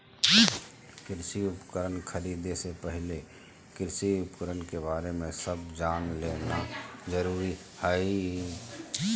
कृषि उपकरण खरीदे से पहले कृषि उपकरण के बारे में सब जान लेना जरूरी हई